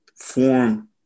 form